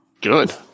Good